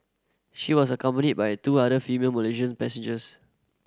she was accompanied by two other female Malaysians passengers